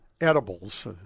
edibles